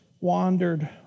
wandered